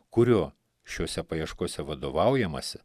kuriuo šiose paieškose vadovaujamasi